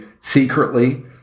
secretly